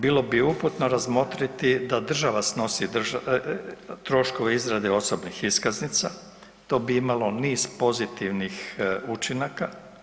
Bilo bi uputno razmotriti da država snosi troškove izrade osobnih iskaznica, to bi imalo niz pozitivnih učinaka.